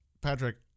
Patrick